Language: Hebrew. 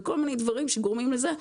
וכל מיני דברים שגורמים לזה,